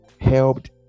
helped